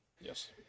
yes